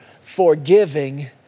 forgiving